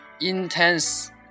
intense